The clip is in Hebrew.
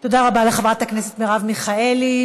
תודה רבה לחברת הכנסת מרב מיכאלי.